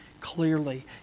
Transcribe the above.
clearly